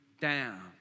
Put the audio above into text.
down